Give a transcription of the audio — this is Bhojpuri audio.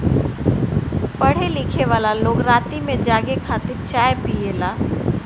पढ़े लिखेवाला लोग राती में जागे खातिर चाय पियेला